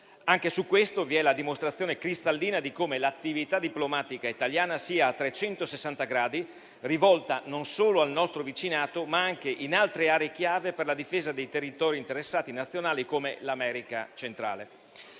Anche su questo vi è la dimostrazione cristallina di come l'attività diplomatica italiana agisca a 360 gradi e sia rivolta non solo al nostro vicinato, ma anche ad altre aree chiave per la difesa dei territori nazionali, interessati come l'America centrale.